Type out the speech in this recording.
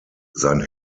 sein